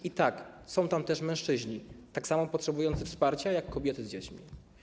I tak, są tam też mężczyźni tak samo potrzebujący wsparcia jak kobiety z dziećmi.